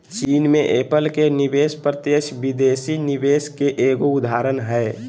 चीन मे एप्पल के निवेश प्रत्यक्ष विदेशी निवेश के एगो उदाहरण हय